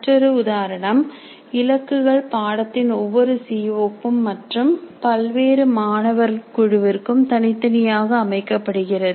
மற்றொரு உதாரணம் இலக்குகள் பாடத்தின் ஒவ்வொரு சி ஒ க்கும் மற்றும் பல்வேறு மாணவர் குழுவிற்கும் தனித்தனியாக அமைக்கப்படுகிறது